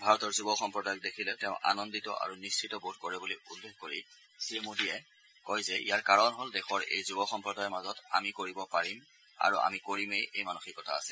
ভাৰতৰ যুৱ সম্প্ৰদায়ক দেখিলে তেওঁ আনন্দিত আৰু নিশ্চিত বোধ কৰে বুলি উল্লেখ কৰি শ্ৰীমোদীয়ে কয় যে ইয়াৰ কাৰণ হল দেশৰ এই যুৱ সম্প্ৰদায়ৰ মাজত আমি কৰিব পাৰিম আৰু আমি কৰিমেই এই মানসিকতা আছে